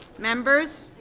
members?